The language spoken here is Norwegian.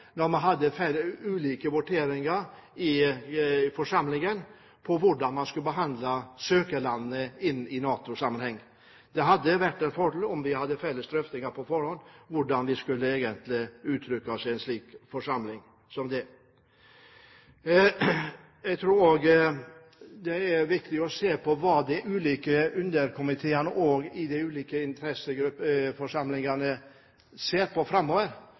hvordan man skulle behandle søkerlandene i NATO-sammenheng. Det hadde vært en fordel om vi hadde hatt felles drøftinger på forhånd om hvordan vi skulle uttrykke oss i en slik forsamling. Jeg tror også det er viktig å se på hva de ulike underkomiteene i de ulike forsamlingene skal se på framover.